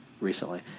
recently